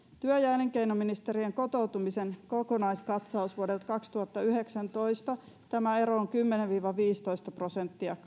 työ ja elinkeinoministeriön kotoutumisen kokonaiskatsauksessa vuodelta kaksituhattayhdeksäntoista tämä ero on kymmenen viiva viisitoista prosenttia